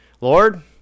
Lord